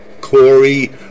Corey